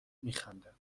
میخندم